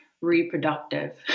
reproductive